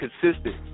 consistent